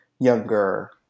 younger